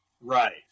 Right